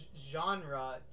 genre